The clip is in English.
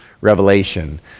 Revelation